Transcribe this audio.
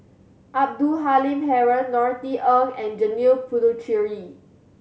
Abdul Halim Haron Norothy Ng and Janil Puthucheary